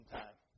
time